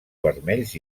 vermells